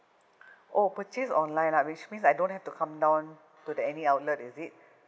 orh purchase online lah which means I don't have to come down to the any outlet is it